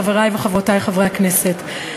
חברי וחברותי חברי הכנסת,